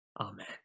Amen